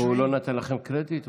והוא לא נתן לכם קרדיט בהצגה?